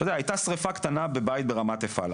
אתה יודע, הייתה שריפה קטנה בבית ברמת אפעל.